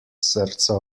srca